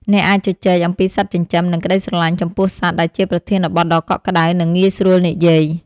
អ្នកអាចជជែកអំពីសត្វចិញ្ចឹម និងក្ដីស្រឡាញ់ចំពោះសត្វ ដែលជាប្រធានបទដ៏កក់ក្ដៅ និងងាយស្រួលនិយាយ។